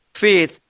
faith